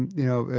and you know,